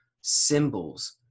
symbols